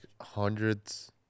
hundreds